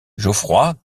geoffroy